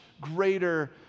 greater